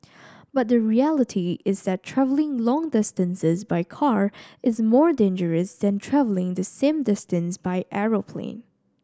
but the reality is that travelling long distances by car is more dangerous than travelling the same distance by aeroplane